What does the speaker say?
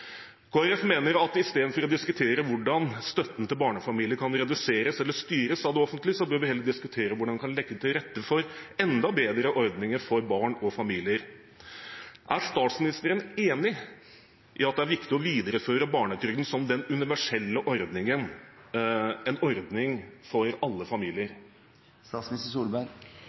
mener at istedenfor å diskutere hvordan støtten til barnefamilier kan reduseres eller styres av det offentlige, bør vi heller diskutere hvordan vi kan legge til rette for enda bedre ordninger for barn og familier. Er statsministeren enig i at det er viktig å videreføre barnetrygden som den universelle ordningen, en ordning for alle